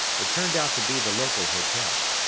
it turned out to be the local hotel.